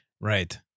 Right